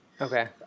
Okay